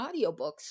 audiobooks